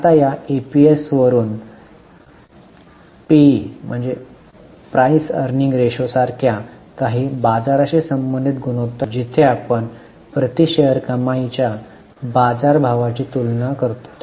आता या ईपीएस वरून पीई रेशोसारख्या काही बाजाराशी संबंधित गुणोत्तर मोजले जातात जिथे आपण प्रति शेअर कमाईच्या बाजार भावाची तुलना करतो